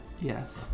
Yes